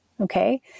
Okay